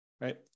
right